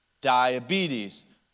Diabetes